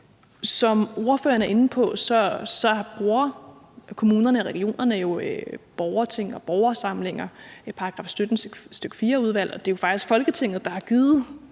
Som ordføreren er inde på, bruger kommunerne og regionerne jo borgerting og borgersamlinger og § 17, stk. 4-udvalg, og det er jo faktisk Folketinget, der har givet